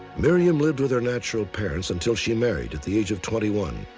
miriam lived with her natural parents until she married at the age of twenty one.